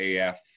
AF